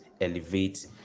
Elevate